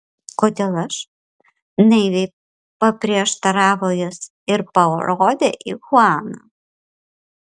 kodėl aš naiviai paprieštaravo jis ir parodė į chuaną